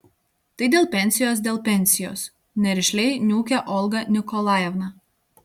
tai dėl pensijos dėl pensijos nerišliai niūkė olga nikolajevna